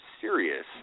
serious